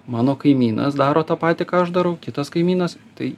mano kaimynas daro tą patį ką aš darau kitas kaimynas tai